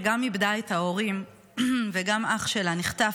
שגם איבדה את ההורים וגם אח שלה נחטף,